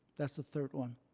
that's the third one.